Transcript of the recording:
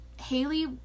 Haley